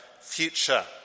future